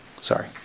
sorry